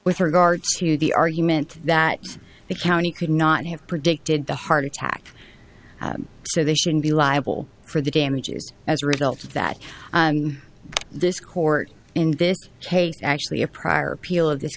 with regard to the argument that the county could not have predicted the heart attack so they should be liable for the damages as a result of that this court in this case actually a prior appeal of this